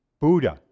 Buddha